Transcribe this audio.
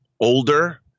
older